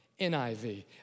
NIV